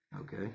okay